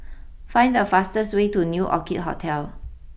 find the fastest way to new Orchid Hotel